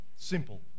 Simple